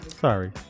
Sorry